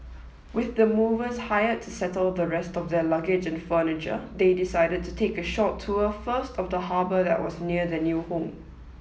with the movers hired to settle the rest of their luggage and furniture they decided to take a short tour first of the harbour that was near their new home